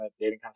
Dating